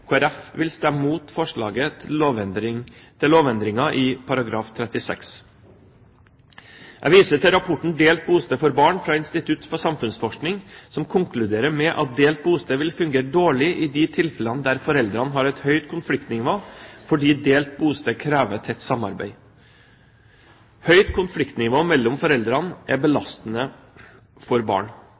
vil stemme imot forslaget til lovendringer i § 36. Jeg viser til rapporten Delt bosted for barn, fra Institutt for samfunnsforskning, som konkluderer med at delt bosted vil fungere dårlig i de tilfellene der foreldrene har et høyt konfliktnivå, fordi delt bosted krever tett samarbeid. Høyt konfliktnivå mellom foreldrene er belastende for barn.